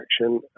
action